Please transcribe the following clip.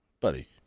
buddy